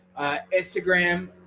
Instagram